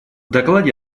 докладе